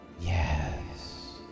Yes